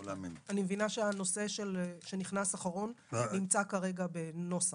אני מבינה שהנושא שנכנס אחרון נמצא כרגע בנוסח,